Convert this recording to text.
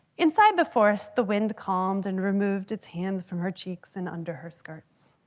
inside the forest the wind calmed and removed its hands from her cheeks and under her skirts.